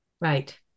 right